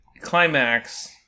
climax